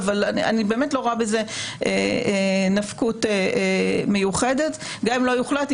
אבל אני באמת לא רואה בזה נפקות מיוחדת גם אם לא יוחלט.